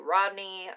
Rodney